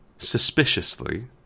suspiciously